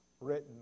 written